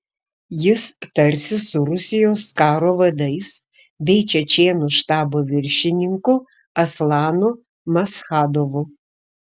jis tarsis su rusijos karo vadais bei čečėnų štabo viršininku aslanu maschadovu